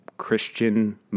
Christian